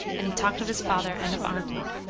and he talked of his father and of arnwood.